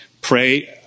pray